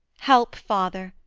help, father,